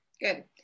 Good